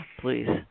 please